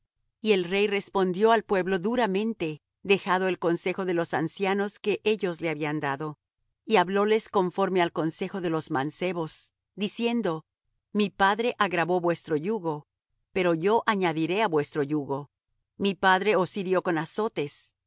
y el rey respondió al pueblo duramente dejado el consejo de los ancianos que ellos le habían dado y hablóles conforme al consejo de los mancebos diciendo mi padre agravó vuestro yugo pero yo añadiré á vuestro yugo mi padre os hirió con azotes